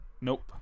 Nope